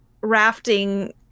rafting